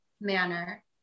manner